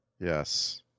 Yes